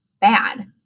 bad